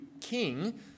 king